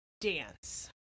dance